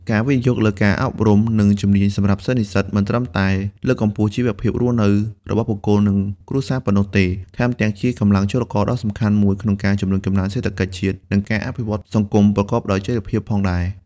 ការវិនិយោគលើការអប់រំ និងជំនាញសម្រាប់សិស្សនិស្សិត មិនត្រឹមតែលើកកម្ពស់ជីវភាពរស់នៅរបស់បុគ្គល និងគ្រួសារប៉ុណ្ណោះទេ ថែមទាំងជាកម្លាំងចលករដ៏សំខាន់មួយក្នុងការជំរុញកំណើនសេដ្ឋកិច្ចជាតិ និងការអភិវឌ្ឍសង្គមប្រកបដោយចីរភាពផងដែរ។